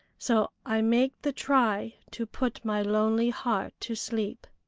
so i make the try to put my lonely heart to sleep.